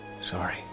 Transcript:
Sorry